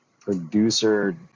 producer